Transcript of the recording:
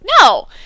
No